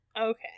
Okay